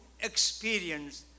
experience